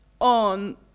on